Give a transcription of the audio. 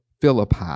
Philippi